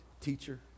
teacher